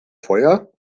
feuer